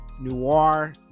noir